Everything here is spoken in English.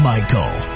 Michael